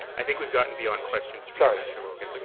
i think we've gotten beyond questions for mr. logan.